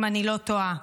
אם אני לא טועה,